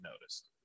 noticed